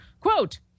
Quote